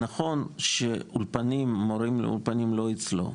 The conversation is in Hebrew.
זה נכון שהמורים של האולפנים לא אצלו,